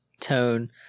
tone